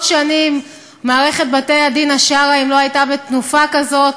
שנים מערכת בתי-הדין השרעיים לא הייתה בתנופה כזאת.